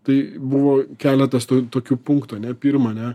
tai buvo keletas tų tokių punktų ane pirma ane